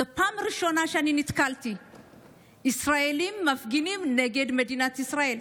זו הפעם הראשונה שאני נתקלתי בישראלים מפגינים נגד מדינת ישראל.